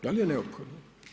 Da li je neophodno?